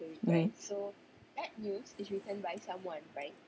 right